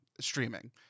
streaming